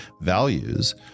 values